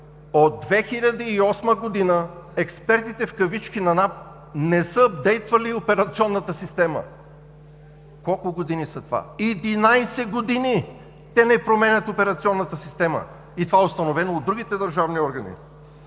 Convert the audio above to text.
От 2008 г. експертите, в кавички, на НАП не са ъпдейтвали операционната система. Колко години са това? Единадесет години те не променят операционната система! И това е установено от другите държавни органи.